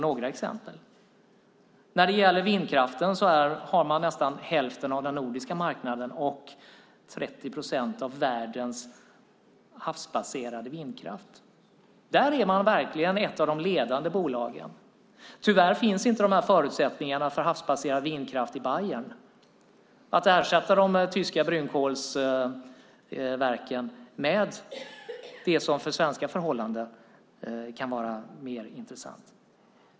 När det gäller vindkraften har man nästan hälften av den nordiska marknaden och 30 procent av världens havsbaserade vindkraft. Där är man verkligen ett av de ledande bolagen. Tyvärr finns inte förutsättningarna för havsbaserad vindkraft i Bayern. Att ersätta de tyska brunkolsverken med det som för svenska förhållanden kan vara mer intressant går inte.